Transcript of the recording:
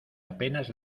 apenas